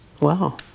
Wow